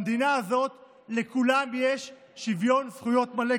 במדינה הזאת לכולם יש שוויון זכויות מלא,